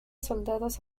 soldados